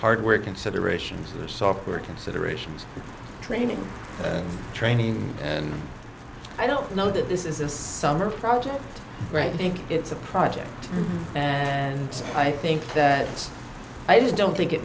hardware considerations software considerations training training and i don't know that this is this summer project right think it's a project and i think that it's i just don't think it